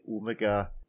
Omega